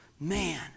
Man